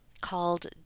called